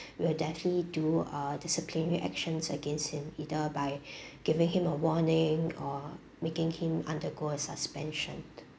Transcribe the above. will definitely do uh disciplinary actions against him either by giving him a warning or making him undergo a suspension